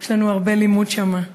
ויש לנו הרבה לימוד שם.